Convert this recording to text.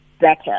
better